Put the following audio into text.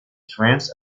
trans